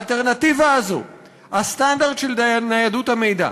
האלטרנטיבה הזאת, הסטנדרט של ניידות המידע,